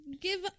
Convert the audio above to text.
give